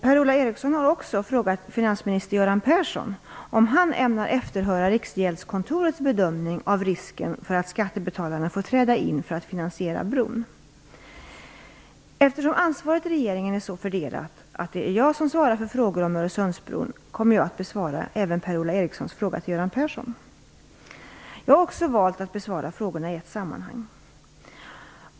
Per-Ola Eriksson har frågat finansminister Göran Persson om han ämnar efterhöra Riksgäldskontorets bedömning av risken för att skattebetalarna får träda in för att finansiera bron. Eftersom ansvaret i regeringen är så fördelat att det är jag som svarar för frågor om Öresundsbron kommer jag att besvara även Per-Ola Erikssons fråga till Göran Persson. Jag har också valt att besvara frågorna i ett sammanhang.